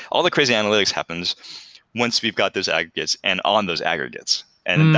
all the crazy analytics happens once we've got those aggregates and on those aggregates, and.